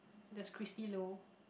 that's Christy Low